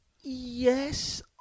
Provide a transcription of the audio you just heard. Yes